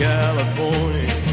California